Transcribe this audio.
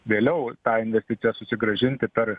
vėliau tą investiciją susigrąžinti per